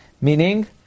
Meaning